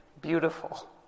beautiful